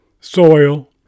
soil